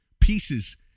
pieces